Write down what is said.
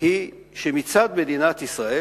היא שמצד מדינת ישראל